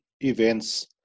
events